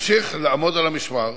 נמשיך לעמוד על המשמר,